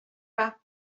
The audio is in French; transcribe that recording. pas